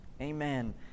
Amen